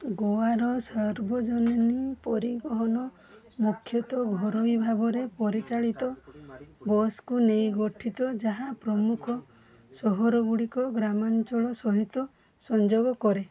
ଗୋଆର ସାର୍ବଜନୀନ ପରିବହନ ମୁଖ୍ୟତଃ ଘରୋଇ ଭାବରେ ପରିଚାଳିତ ବସ୍କୁ ନେଇ ଗଠିତ ଯାହା ପ୍ରମୁଖ ସହରଗୁଡ଼ିକୁ ଗ୍ରାମାଞ୍ଚଳ ସହିତ ସଂଯୋଗ କରେ